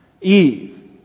Eve